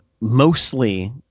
Mostly